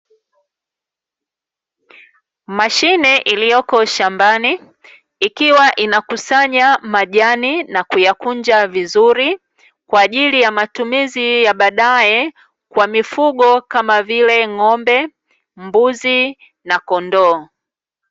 Mashine iliyoko shambani ikiwa inakusanya majani na kuyakunja vizuri, kwa ajili ya matumizi ya baadae kwa mifugo kama vile ng'ombe, mbuzi na kondoo.